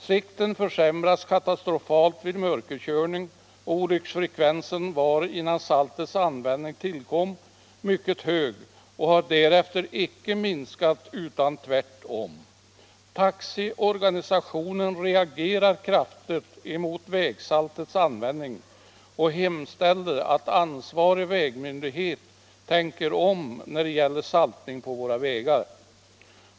Sikten försämras katastrofalt vid mörkerkörning och olycksfrekvensen var — innan saltets användning tillkom - mycket hög och har därefter icke minskat utan tvärtom. Taxiorganisationen reagerar kraftigt mot vägsaltets användning och hemställer att ansvarig vägmyndighet tänker om när det gäller saltning på våra vägar.